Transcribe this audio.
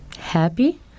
happy